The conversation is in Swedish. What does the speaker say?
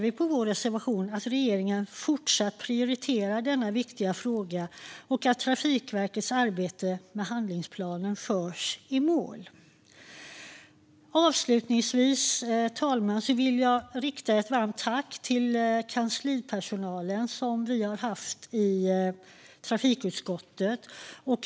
Vi vill att regeringen fortsätter prioritera denna viktiga fråga och att Trafikverkets arbete med handlingsplanen förs i mål. Avslutningsvis, fru talman, vill jag rikta ett varmt tack till trafikutskottets kanslipersonal.